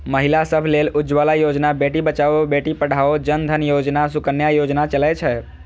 महिला सभ लेल उज्ज्वला योजना, बेटी बचाओ बेटी पढ़ाओ, जन धन योजना, सुकन्या योजना चलै छै